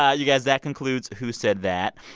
ah you guys, that concludes who said that.